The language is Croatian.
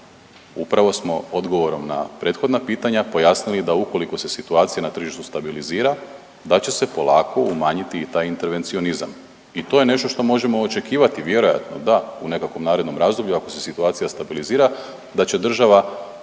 upravo smo odgovorom na prethodna pitanja pojasnili da ukoliko se situacija na tržištu stabilizira da će se polako umanjiti i taj intervencionizam. I to je nešto što možemo očekivati vjerojatno da u nekakvom narednom razdoblju ako se situacija stabilizira da će država